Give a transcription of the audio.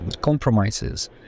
compromises